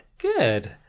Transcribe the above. good